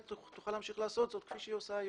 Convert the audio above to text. תוכל להמשיך לעשות זאת כפי שהיא עושה היום.